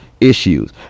issues